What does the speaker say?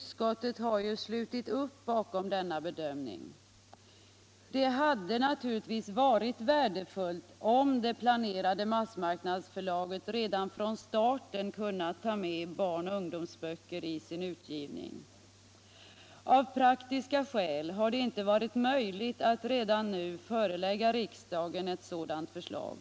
Det hade naturligtvis varit värdefullt om det planerade massmarknadsförlaget redan från starten kunnat ta med barn och ungdomsböcker i sin utgivning. Av praktiska skäl har det inte varit möjligt att redan nu förelägga riksdagen ett sådant förslag.